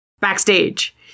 Backstage